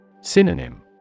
Synonym